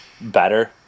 better